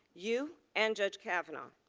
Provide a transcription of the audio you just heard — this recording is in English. you, and judge kavanaugh.